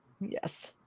yes